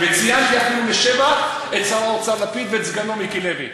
וציינתי אפילו לשבח את שר האוצר לפיד ואת סגנו מיקי לוי.